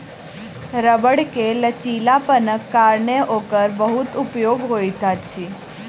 रबड़ के लचीलापनक कारणेँ ओकर बहुत उपयोग होइत अछि